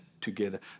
together